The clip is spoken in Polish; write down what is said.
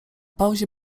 pauzie